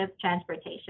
transportation